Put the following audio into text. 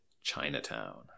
Chinatown